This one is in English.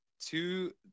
Two